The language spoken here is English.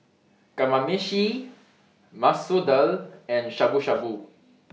Kamameshi Masoor Dal and Shabu Shabu